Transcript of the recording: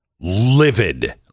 livid